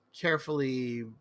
carefully